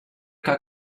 que